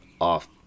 off